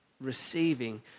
receiving